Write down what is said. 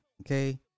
okay